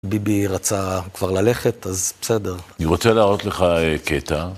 ביבי רצה כבר ללכת, אז בסדר. אני רוצה להראות לך קטע.